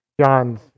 John's